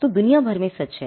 तो यह दुनिया भर में सच है